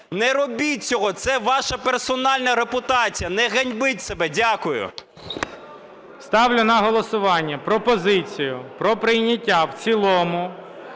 Не робіть цього, це ваша персональна репутація, не ганьбіть себе. Дякую. ГОЛОВУЮЧИЙ. Ставлю на голосування пропозицію про прийняття в цілому